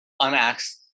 unasked